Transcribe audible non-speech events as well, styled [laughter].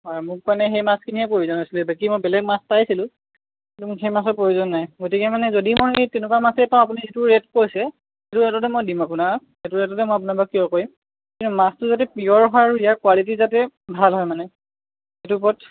হয় মোক মানে সেই মাছখিনিৰে প্ৰয়োজন হৈছিল বাকী মই বেলেগ মাছ পাইছিলোঁ কিন্তু সেই মাছৰ প্ৰয়োজন নাই গতিকে মানে যদি মই সেই তেনেকুৱা মাছেই পাওঁ আপুনি যিটো ৰেট কৈছে সেইটো ৰেটতে মই দিম আপোনাক সেইটো ৰেটতে মই আপোনাৰ পৰা [unintelligible] কৰিম কিন্তু মাছটো যদি পিয়ৰ হয় আৰু ইয়াৰ কোৱালিটি যাতে ভাল হয় মানে সেইটো ওপৰত